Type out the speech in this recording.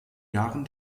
jahren